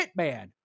Hitman